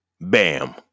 Bam